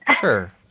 Sure